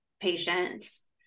patients